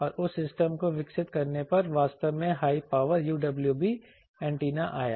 और उस सिस्टम को विकसित करने पर वास्तव में हाई पावर UWB एंटेना आया